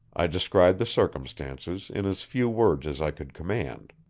i described the circumstances in as few words as i could command.